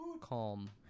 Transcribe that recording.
calm